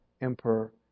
emperor